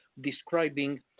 describing